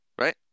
right